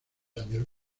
años